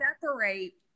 separate